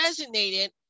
resonated